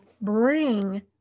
bring